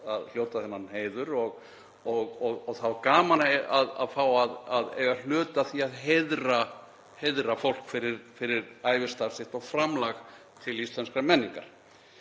að hljóta þennan heiður og var þá gaman að fá að eiga hlut í því að heiðra fólk fyrir ævistarf sitt og framlag til íslenskrar menningar.